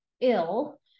ill